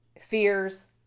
fears